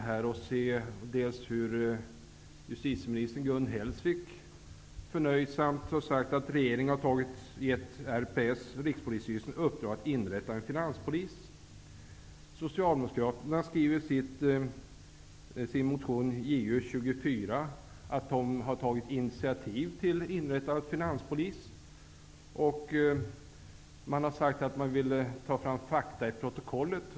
Justitieminister Gun Hellsvik har t.ex. förnöjsamt sagt att regeringen har gett Rikspolisstyrelsen i uppdrag att inrätta en finanspolis. Socialdemokraterna skriver i sin motion Ju24 att de har tagit initiativ till inrättandet av en finanspolis. Man har sagt att man vill ta fram fakta i protokollet.